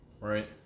Right